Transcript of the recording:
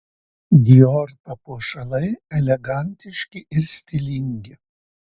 dior papuošalai elegantiški ir stilingi